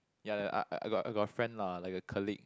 ya I I got got a friend lah like a colleague